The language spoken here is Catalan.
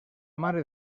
mare